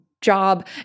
Job